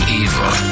evil